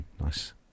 Nice